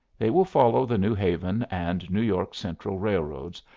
they will follow the new haven and new york central railroads,